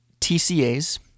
TCAs